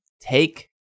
take